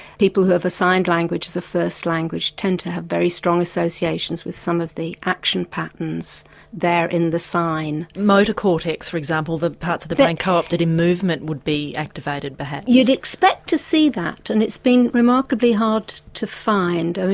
people who have a sign language as a first language tend to have very strong associations with some of the action patterns there in the sign. motor cortex, for example, the parts of the brain co-opted in movement would be activated perhaps. you'd expect to see that and it's been remarkably hard to find.